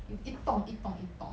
if 一栋一栋一栋